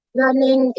running